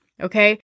Okay